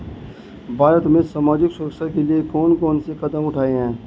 भारत में सामाजिक सुरक्षा के लिए कौन कौन से कदम उठाये हैं?